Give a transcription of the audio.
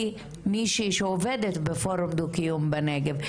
כמישהי שעובדת בפורום דו קיום בנגב.